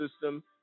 system